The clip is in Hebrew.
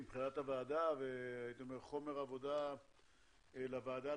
מבחינת הוועדה וחומר עבודה להמשך.